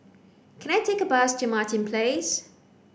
can I take a bus to Martin Place